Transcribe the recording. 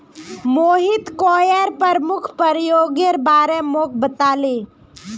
Mohit coir प्रमुख प्रयोगेर बारे मोक बताले